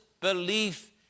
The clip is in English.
belief